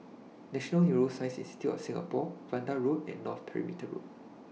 National Neuroscience Institute of Singapore Vanda Road and North Perimeter Road